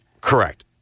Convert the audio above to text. Correct